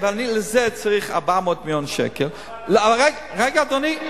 ואני לזה צריך 400 מיליון שקלים, רגע, אדוני.